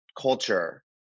culture